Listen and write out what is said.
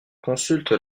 consulte